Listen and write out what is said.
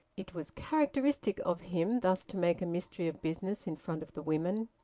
it was characteristic of him thus to make a mystery of business in front of the women.